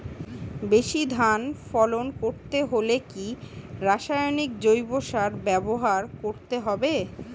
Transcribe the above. বেশি ধান ফলন করতে হলে কি রাসায়নিক জৈব সার ব্যবহার করতে হবে?